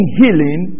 healing